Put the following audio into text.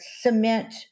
cement